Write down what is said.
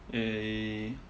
eh